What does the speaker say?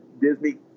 Disney